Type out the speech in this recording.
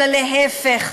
אלא להפך,